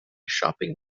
shopping